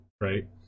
right